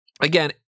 Again